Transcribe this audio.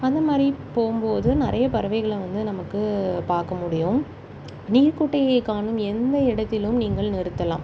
அந்தமாதிரி போகும்போது நிறைய பறவைகளை வந்து நமக்கு பார்க்க முடியும் நீர் குட்டையை காணும் எந்த இடத்திலும் நீங்கள் நிறுத்தலாம்